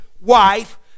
wife